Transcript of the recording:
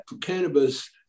cannabis